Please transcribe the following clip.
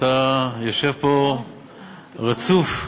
אתה יושב פה רצוף.